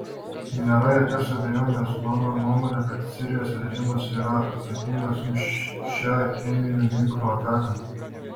nėra jokios abejonės mano nuomone kad sirijos režimas yra atsakingas už šią cheminių ginklų ataką